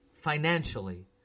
financially